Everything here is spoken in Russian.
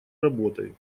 работой